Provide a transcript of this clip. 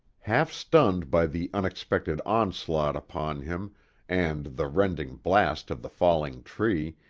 half stunned by the unexpected onslaught upon him and the rending blast of the falling tree,